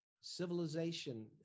civilization